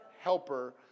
helper